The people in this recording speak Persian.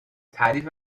تعریف